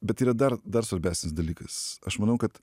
bet yra dar dar svarbesnis dalykas aš manau kad